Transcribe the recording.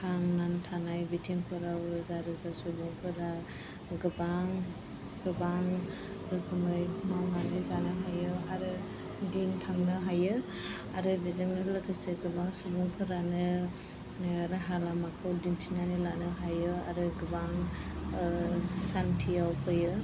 थांनानै थानाय बिथिंफोराव रोजा रोजा सुबुंफोरा गोबां गोबां रोखोमै मावनानै जानो हायो आरो दिन थांनो हायो आरो बेजोंनो लोगोसे गोबां सुबुंफोरानो राहा लामाखौ दिन्थिनानै लानो हायो आरो गोबां सान्थियाव फैयो